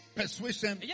persuasion